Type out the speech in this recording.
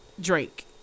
Drake